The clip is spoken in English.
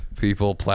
people